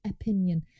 opinion